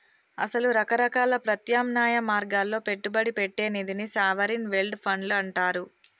అసలు రకరకాల ప్రత్యామ్నాయ మార్గాల్లో పెట్టుబడి పెట్టే నిధిని సావరిన్ వెల్డ్ ఫండ్లు అంటారు